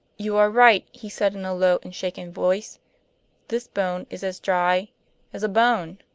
you are right, he said, in a low and shaken voice this bone is as dry as a bone.